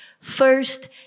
first